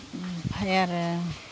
ओमफाय आरो